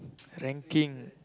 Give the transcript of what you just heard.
ranking